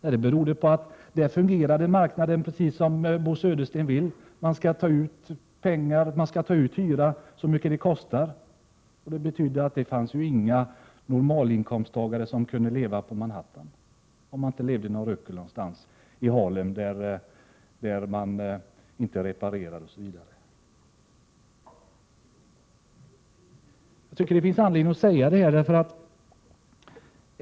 Jo, det beror naturligtvis på att marknaden där fungerar så som Bo Södersten vill — man tar ut så mycket i hyra som det kostar. Det betyder att det inte finns några normalinkomsttagare som kan bo där, utom i något ruckel i Harlem där det inte repareras, osv. Jag tycker det finns anledning att säga det här.